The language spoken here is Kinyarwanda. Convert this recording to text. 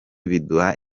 biduha